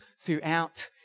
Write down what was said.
throughout